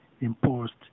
imposed